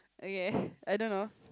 okay I don't know